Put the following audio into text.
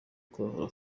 kwa